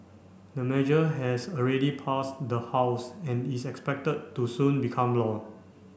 the measure has already passed the House and is expected to soon become law